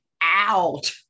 out